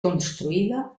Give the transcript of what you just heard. construïda